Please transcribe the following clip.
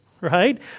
right